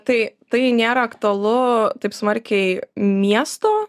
tai tai nėra aktualu taip smarkiai miesto